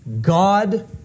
God